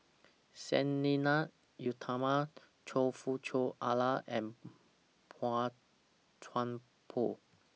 Sang Nila Utama Choe Fook Cheong Alan and Boey Chuan Poh